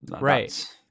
Right